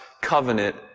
covenant